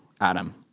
Adam